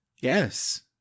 yes